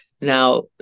Now